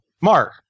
Mark